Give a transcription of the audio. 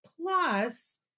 Plus